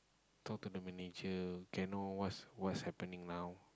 talk to the manager can I know whats whats happening now